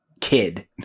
kid